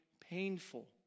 painful